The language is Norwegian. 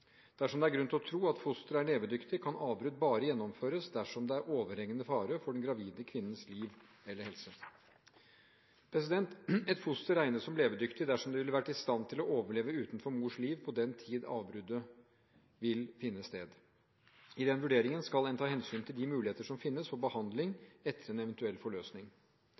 Dersom det er grunn til å tro at fosteret er levedyktig, kan avbrudd bare gjennomføres dersom det er overhengende fare for den gravide kvinnens liv eller helse. Et foster regnes som levedyktig dersom det er i stand til å overleve utenfor mors liv på den tid avbruddet finner sted. I den vurderingen skal en ta hensyn til de muligheter som finnes for behandling etter en eventuell forløsning.